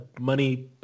money